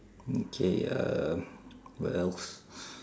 okay uh what else